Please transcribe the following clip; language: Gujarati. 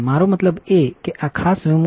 મારો મતલબ એ છેકે આ ખાસ વિમૂ